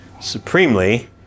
supremely